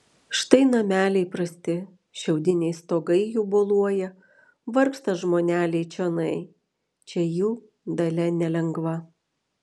štai nameliai prasti šiaudiniai stogai jų boluoja vargsta žmoneliai čionai čia jų dalia nelengva